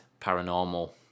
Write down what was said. paranormal